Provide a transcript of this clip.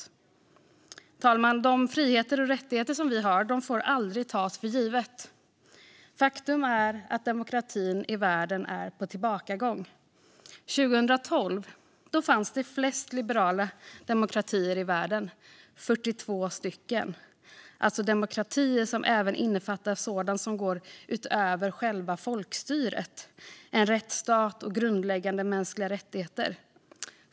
Fru talman! De friheter och rättigheter som vi har får aldrig tas för givna. Faktum är att demokratin i världen är på tillbakagång. År 2012 fanns det flest liberala demokratier i världen, 42 stycken - alltså demokratier som även innefattar sådant som går utöver själva folkstyret: en rättsstat och grundläggande mänskliga rättigheter.